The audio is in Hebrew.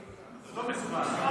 לא מסומן,